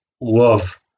love